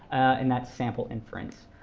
and that's sample inference.